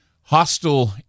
hostile